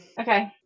Okay